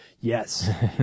Yes